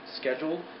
scheduled